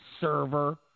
server